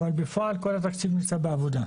אבל בפועל כל התקציב נמצא בעבודה.